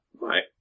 right